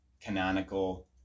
canonical